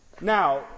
Now